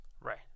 Right